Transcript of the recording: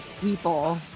people